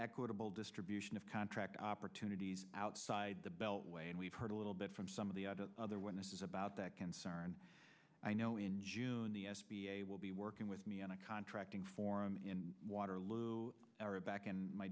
equitable distribution of contract opportunities outside the beltway and we've heard a little bit from some of the other witnesses about that concern i know in june the will be working with me on a contracting form in waterloo back in my